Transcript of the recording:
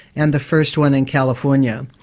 and the first one in california.